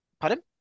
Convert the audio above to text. pardon